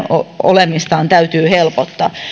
olemista täytyy helpottaa joilla on kaikista vähiten